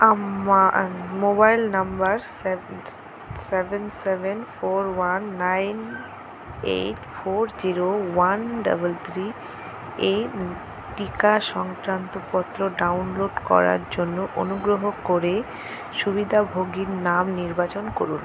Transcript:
আম্মা mobile number সেভস seven seven four one nine eight four zero one double three এর টিকা সংক্রান্ত পত্র ডাউনলোড করার জন্য অনুগ্রহ করে সুবিধাভোগীর নাম নির্বাচন করুন